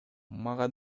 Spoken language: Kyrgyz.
мага